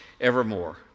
evermore